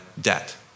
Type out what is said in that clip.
debt